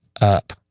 up